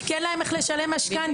כי אין להם איך לשלם משכנתא,